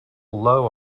low